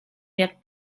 jak